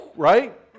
Right